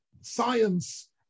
Science